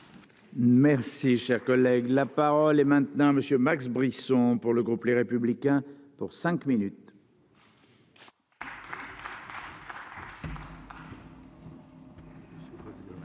Merci cher collègue là. Parole est maintenant monsieur Max Brisson. Pour le groupe Les Républicains pour cinq minutes.